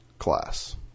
class